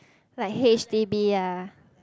like H_D_B lah